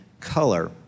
color